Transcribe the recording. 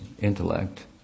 intellect